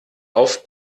auf